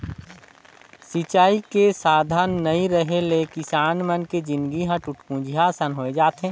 सिंचई के साधन नइ रेहे ले किसान मन के जिनगी ह टूटपुंजिहा असन होए जाथे